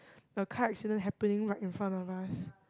a car accident happening right in front of us